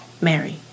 Mary